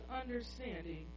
understanding